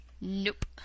Nope